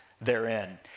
therein